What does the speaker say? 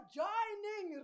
joining